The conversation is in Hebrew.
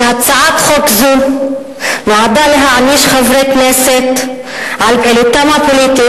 שהצעת חוק זו נועדה להעניש חברי כנסת על פעילותם הפוליטית,